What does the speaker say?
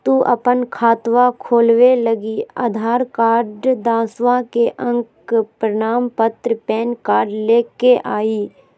तू अपन खतवा खोलवे लागी आधार कार्ड, दसवां के अक प्रमाण पत्र, पैन कार्ड ले के अइह